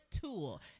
tool